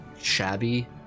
shabby